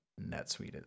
NetSuite